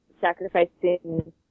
sacrificing